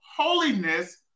holiness